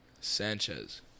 Sanchez